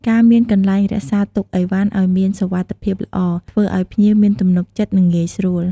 ការមានកន្លែងរក្សាទុកឥវ៉ាន់ឪ្យមានសុវត្ថភាពល្អ ធ្វើឱ្យភ្ញៀវមានទំនុកចិត្ត និង ងាយស្រួល។